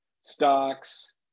stocks